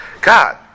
God